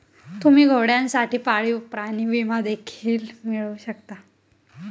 तुम्ही घोड्यांसाठी पाळीव प्राणी विमा देखील मिळवू शकता